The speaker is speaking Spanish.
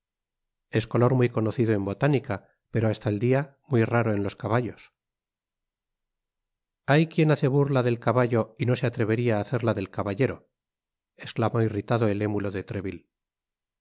es color muy conocido en botánica pero hasta el dia muy raro en los caballos hay quien hace burla del caballo y no se atreveria á hacerla del caballero esclamó irritado el émulo de treville